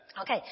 Okay